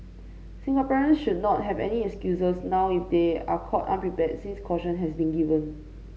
Singaporeans should not have any excuses now if they are caught unprepared since caution has been given